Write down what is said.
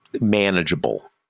manageable